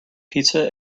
pizza